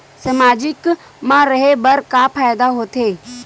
सामाजिक मा रहे बार का फ़ायदा होथे?